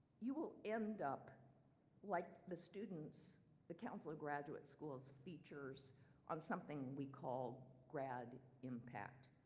you will end up like the students the council of graduate schools features on something we call grad impact.